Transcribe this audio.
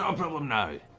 um problem now.